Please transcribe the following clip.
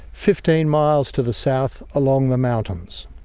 fifteen miles to the south along the mountains.